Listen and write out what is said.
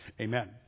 Amen